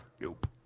Nope